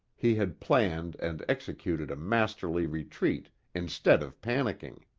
he had planned and executed a masterly retreat instead of panicking.